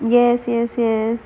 yes yes yes